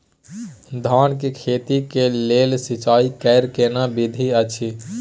धान के खेती के लेल सिंचाई कैर केना विधी अछि?